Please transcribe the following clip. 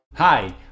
Hi